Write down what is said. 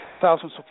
thousands